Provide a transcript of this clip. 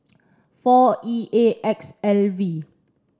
four E A X L V